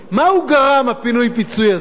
מה הוא גרם הפינוי-פיצוי הזה?